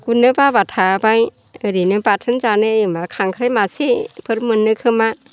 गुरनो बा बाब्ला थाबाय ओरैनो बाथोन जानो खांख्राइ मासेफोर मोनो खोमा